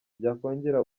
byakongera